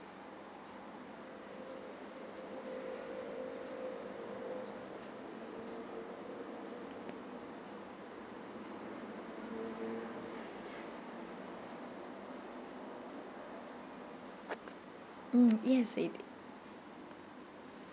mm yes it